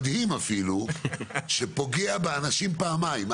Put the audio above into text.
מדהים אפילו, שפוגע באנשים פעמיים.